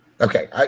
Okay